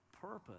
purpose